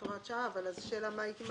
אפשר לעשות הוראת שעה השאלה היא מה